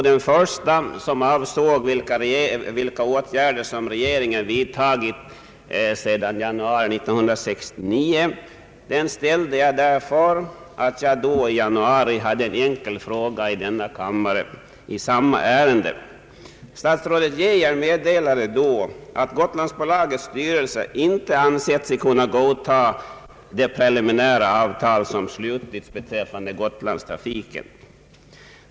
Den första frågan, som avsåg vilka åtgärder regeringen vidtagit sedan januari 1969, ställde jag därför att jag i januari hade en enkel fråga i denna kammare i samma ärende och då av statsrådet Geijer fick besked om att Gotlandsbolagets styrelse inte ansett sig kunna godta det preliminära avtal som slutits beträffande <Gotlandstrafiken.